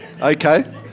Okay